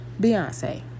Beyonce